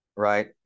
right